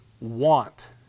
want